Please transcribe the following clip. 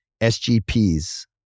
SGPs